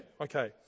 Okay